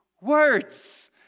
words